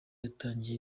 yatangije